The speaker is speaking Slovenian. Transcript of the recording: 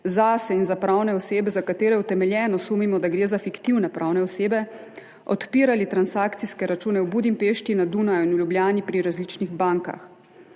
zase in za pravne osebe, za katere utemeljeno sumimo, da gre za fiktivne pravne osebe, odpirali transakcijske račune v Budimpešti, na Dunaju in v Ljubljani pri različnih bankah.